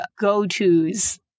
go-tos